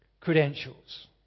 Credentials